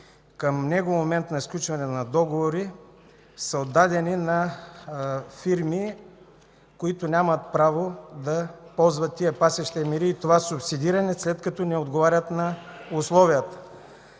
към него момент на сключване на договори са отдадени на фирми, които нямат право да ползват тези пасища и мери, и това субсидиране, след като не отговарят на условията.